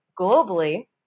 globally